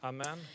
Amen